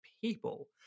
people